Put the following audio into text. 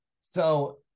So-